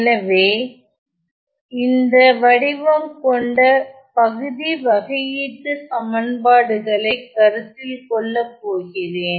எனவே இந்த வடிவம் கொண்ட பகுதி வகையீட்டுச் சமன்பாடுகளை கருத்தில் கொள்ளப் போகிறேன்